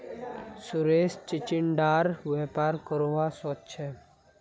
सुरेश चिचिण्डार व्यापार करवा सोच छ